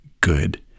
good